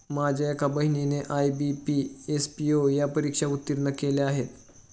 माझ्या एका बहिणीने आय.बी.पी, एस.पी.ओ या परीक्षा उत्तीर्ण केल्या आहेत